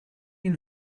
энэ